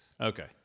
Okay